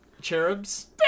cherubs